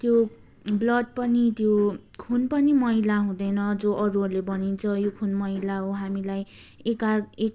त्यो ब्लड पनि त्यो खुन पनि मैला हुँदैन जो अरूहरूले बनिन्छ यो खुन मैला हो हामीलाई एक आर्